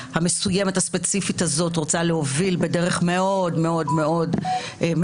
המסוימת הספציפית הזאת רוצה להוביל בדרך מאוד מאוד מאתגרת.